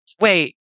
Wait